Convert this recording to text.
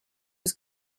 was